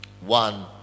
One